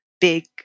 big